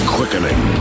Quickening